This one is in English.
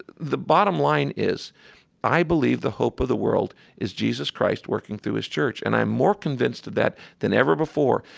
the bottom line is i believe the hope of the world is jesus christ working through his church. and i'm more convinced of that than ever before.